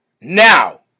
Now